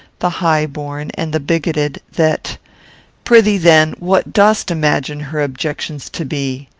the high-born, and the bigoted, that pr'ythee, then, what dost imagine her objections to be?